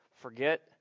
forget